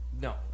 No